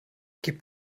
gib